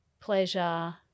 pleasure